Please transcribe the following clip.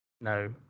No